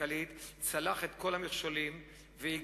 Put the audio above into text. הכלכלית צלח את כל המכשולים והגיע,